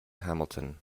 hamilton